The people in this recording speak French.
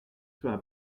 soient